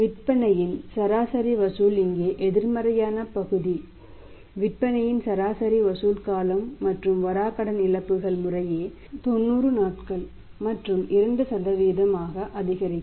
விற்பனையின் சராசரி வசூல் இங்கே எதிர்மறையான பகுதி விற்பனையின் சராசரி வசூல் காலம் மற்றும் வராக்கடன் இழப்புகள் முறையே 90 நாட்கள் மற்றும் 2 ஆக அதிகரிக்கும்